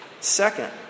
Second